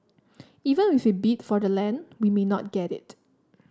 even if we bid for the land we may not get it